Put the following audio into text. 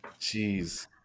Jeez